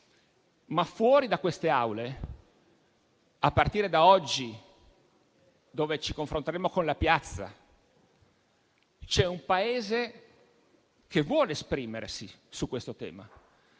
Fuori da queste Aule però, a partire da oggi, dove ci confronteremo con la piazza, c'è un Paese che vuole esprimersi su questo tema.